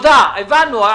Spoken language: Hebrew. הבנו,